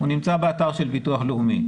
הוא נמצא באתר של ביטוח לאומי.